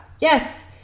Yes